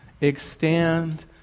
extend